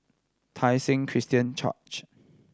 Tai Seng Christian Church